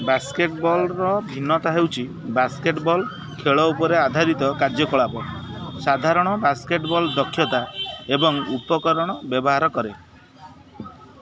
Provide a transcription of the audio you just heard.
basket ବଲ୍ର ଭିନ୍ନତା ହେଉଛି ବାସ୍କେଟ୍ ବଲ୍ ଖେଳ ଉପରେ ଆଧାରିତ କାର୍ଯ୍ୟକଳାପ ସାଧାରଣ ବାସ୍କେଟ୍ ବଲ୍ ଦକ୍ଷତା ଏବଂ ଉପକରଣ ବ୍ୟବହାର କରେ